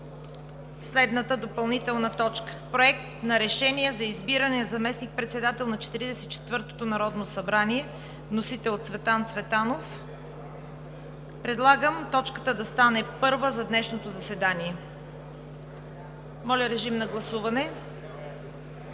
следната допълнителна точка: Проект на Решение за избиране на заместник-председател на Четиридесет и четвъртото Народно събрание. Вносител е Цветан Цветанов. Предлагам точката да стане първа за днешното заседание. Моля, гласувайте.